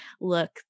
look